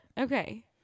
Okay